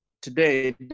Today